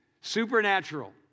Supernatural